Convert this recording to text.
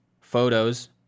photos